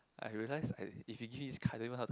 I realized I if you give me this card I don't even know how to